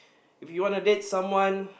if you wana date someone